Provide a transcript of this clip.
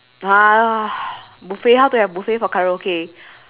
ah buffet how to have buffet for karaoke